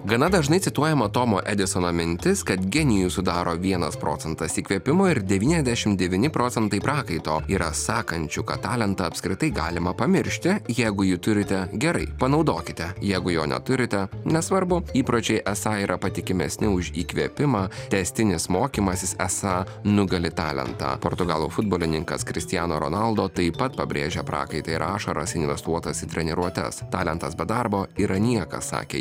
gana dažnai cituojama tomo edisono mintis kad genijų sudaro vienas procentas įkvėpimo ir devyniasdešim devyni procentai prakaito yra sakančių kad talentą apskritai galima pamiršti jeigu jį turite gerai panaudokite jeigu jo neturite nesvarbu įpročiai esą yra patikimesni už įkvėpimą tęstinis mokymasis esą nugali talentą portugalų futbolininkas kristiano ronaldo taip pat pabrėžia prakaitą ir ašaras investuotas į treniruotes talentas be darbo yra niekas sakė